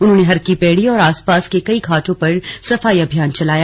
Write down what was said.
उन्होंने हरकी पैड़ी और आसपास के कई घाटों पर सफाई अभियान चलाया